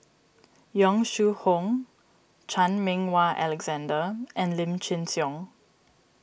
Yong Shu Hoong Chan Meng Wah Alexander and Lim Chin Siong